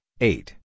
eight